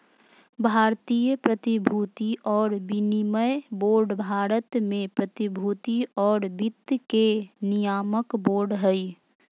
भारतीय प्रतिभूति और विनिमय बोर्ड भारत में प्रतिभूति और वित्त के नियामक बोर्ड हइ